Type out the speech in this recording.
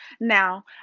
Now